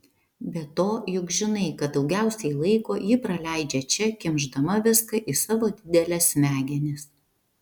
be to juk žinai kad daugiausiai laiko ji praleidžia čia kimšdama viską į savo dideles smegenis